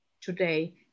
today